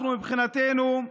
אנחנו מבחינתנו,